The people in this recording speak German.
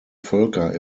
völker